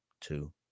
two